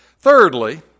Thirdly